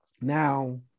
Now